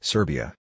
Serbia